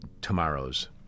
tomorrow's